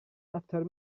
after